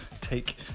take